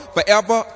Forever